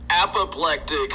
apoplectic